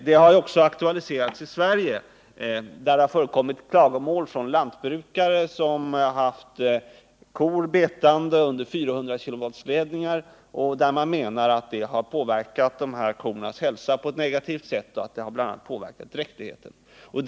Frågan har aktualiserats i Sverige, eftersom det förekommit klagomål från lantbrukare som haft kor betande under 400-kV-ledningar och som anser att detta påverkat kornas hälsa på ett negativt sätt. Bl. a. har dräktigheten påverkats.